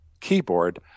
keyboard